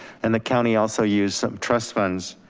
and the county also use some trust funds.